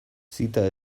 zita